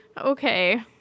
Okay